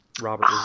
Robert